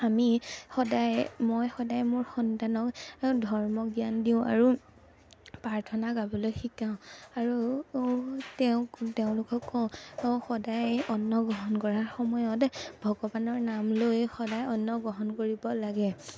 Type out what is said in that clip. আমি সদায় মই সদায় মোৰ সন্তানক ধৰ্ম জ্ঞান দিওঁ আৰু প্ৰাৰ্থনা গাবলৈ শিকাওঁ আৰু তেওঁ তেওঁলোককো সদায় অন্ন গ্ৰহণ কৰাৰ সময়ত ভগৱানৰ নাম লৈ সদায় অন্ন গ্ৰহণ কৰিব লাগে